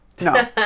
no